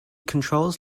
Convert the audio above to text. controls